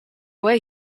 way